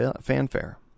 fanfare